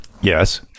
yes